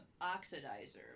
oxidizer